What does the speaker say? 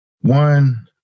one